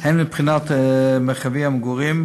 הן מבחינת מרחבי המגורים,